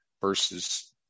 versus